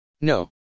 No